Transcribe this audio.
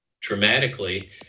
dramatically